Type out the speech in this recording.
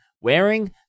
wearing